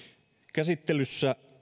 käsittelyssä